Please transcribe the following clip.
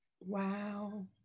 Wow